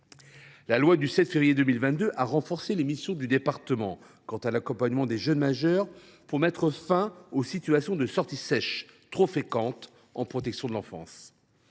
La loi du 7 février 2022 a renforcé les missions du département en matière d’accompagnement des jeunes majeurs pour mettre fin aux situations de sortie sèche du système de protection de l’enfance,